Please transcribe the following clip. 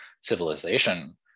civilization